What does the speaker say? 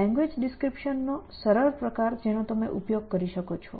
language description નો સરળ પ્રકાર જેનો તમે ઉપયોગ કરી શકો છો